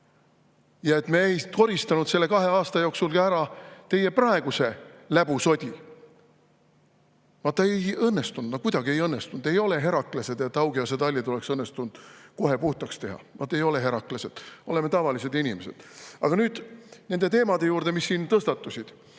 ja et me ei koristanud kahe aasta jooksul ära ka teie praeguse läbu sodi. Vaat ei õnnestunud, no kuidagi ei õnnestunud. Ei ole Heraklesed, et Augeiase tallid oleks õnnestunud kohe puhtaks teha. Vaat ei ole Heraklesed, oleme tavalised inimesed. Aga nüüd nende teemade juurde, mis siin tõstatusid.